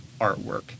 artwork